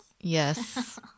Yes